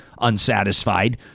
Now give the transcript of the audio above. unsatisfied